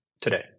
today